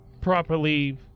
properly